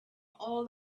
all